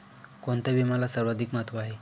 कोणता विम्याला सर्वाधिक महत्व आहे?